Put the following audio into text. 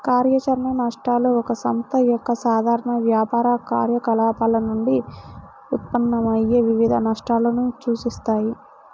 కార్యాచరణ నష్టాలు ఒక సంస్థ యొక్క సాధారణ వ్యాపార కార్యకలాపాల నుండి ఉత్పన్నమయ్యే వివిధ నష్టాలను సూచిస్తాయి